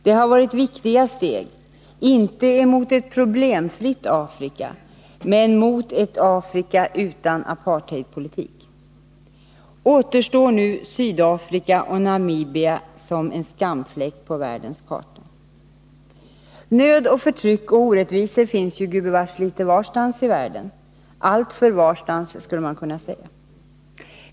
Det har varit viktiga steg — inte mot ett problemfritt Afrika, men mot ett Afrika utan apartheidpolitik. Återstår nu Sydafrika och Namibia som en skamfläck på världens karta. Nöd och förtryck och orättvisor finns gudbevars litet varstans i världen — alltför varstans, skulle man kunna säga.